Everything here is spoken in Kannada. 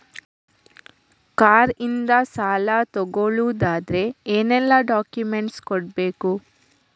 ಕಾರ್ ಇಂದ ಸಾಲ ತಗೊಳುದಾದ್ರೆ ಏನೆಲ್ಲ ಡಾಕ್ಯುಮೆಂಟ್ಸ್ ಕೊಡ್ಬೇಕು?